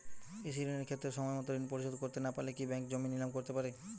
কৃষিঋণের ক্ষেত্রে সময়মত ঋণ পরিশোধ করতে না পারলে কি ব্যাঙ্ক জমি নিলাম করতে পারে?